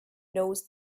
knows